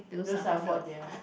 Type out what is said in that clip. those are for the